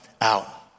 out